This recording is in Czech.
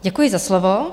Děkuji za slovo.